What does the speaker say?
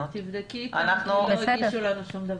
--- תבדקי איתם כי לא הגישו לנו שום דבר.